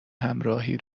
همراهی